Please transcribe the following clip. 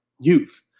youth